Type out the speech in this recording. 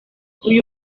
uyu